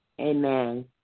Amen